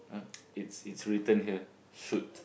uh it's it's written here shoot